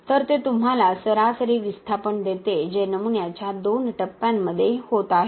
तर ते तुम्हाला सरासरी विस्थापन देते जे नमुन्याच्या दोन टप्प्यांमध्ये होत आहे